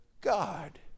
God